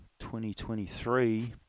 2023